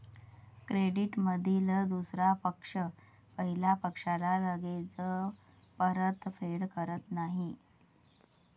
क्रेडिटमधील दुसरा पक्ष पहिल्या पक्षाला लगेच परतफेड करत नाही